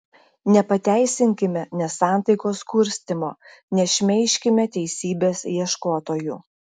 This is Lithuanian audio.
nepateisinkime nesantaikos kurstymo nešmeižkime teisybės ieškotojų